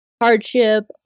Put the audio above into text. hardship